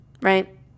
right